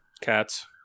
Cats